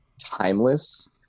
timeless